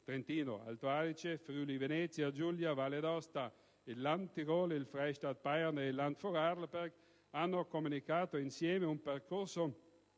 Trentino - Alto Adige, Friuli - Venezia Giulia, Valle d'Aosta, Land Tirol, Freistaat Bayern, Land Vorarlberg hanno cominciato insieme un percorso